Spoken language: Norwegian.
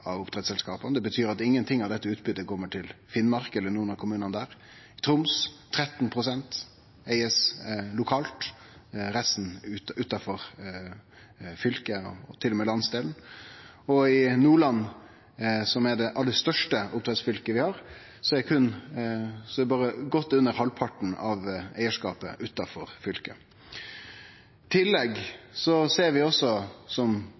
av oppdrettsselskapa. Det betyr at ingenting av dette utbytet kjem til Finnmark eller nokon av kommunane der. I Troms er 13 pst. eigd lokalt, resten utanfor fylket, og til og med utanfor landsdelen. I Nordland, som er det aller største oppdrettsfylket vi har, er godt under halvparten av eigarskapet utanfor fylket. I tillegg ser vi – noko som